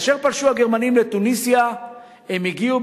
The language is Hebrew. כאשר פלשו הגרמנים לתוניסיה הם הגיעו